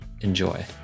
Enjoy